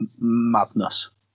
madness